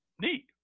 neat